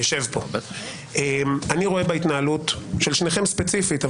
אני רואה בהתנהלות של שניכם ספציפית,